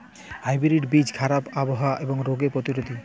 hybrid বীজ খারাপ আবহাওয়া এবং রোগে প্রতিরোধী